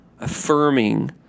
affirming